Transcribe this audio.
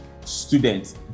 students